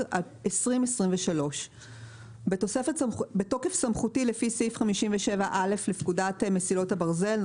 התשפ"ג-2023 בתוקף סמכותי לפי סעיף 57א לפקודת מסילות הברזל ,